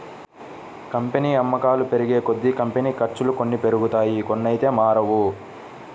company అమ్మకాలు పెరిగేకొద్దీ, company ఖర్చులు కొన్ని పెరుగుతాయి కొన్నైతే మారవు